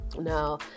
No